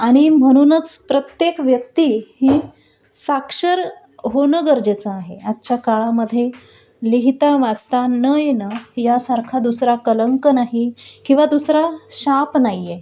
आणि म्हणूनच प्रत्येक व्यक्ती ही साक्षर होणं गरजेचं आहे आजच्या काळामध्ये लिहिता वाचता न येणं यासारखा दुसरा कलंंक नाही किंवा दुसरा शाप नाहीये